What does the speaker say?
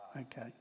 Okay